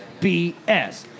BS